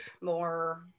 more